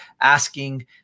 asking